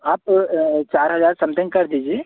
आप चार हज़ार समथिंग कर दीजिए